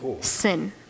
sin